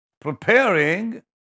preparing